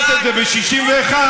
אתם לא שמים לב שיש שתי מערכות חוק?